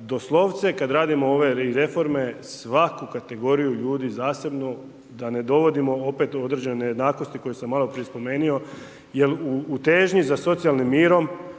doslovce kad radimo ove i reforme svaku kategoriju ljudi zasebno, da ne dovodimo opet u određene nejednakosti koje sam maloprije spomenuo jer u težnji za socijalnim mirom